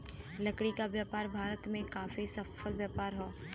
लकड़ी क व्यापार भारत में काफी सफल व्यापार हौ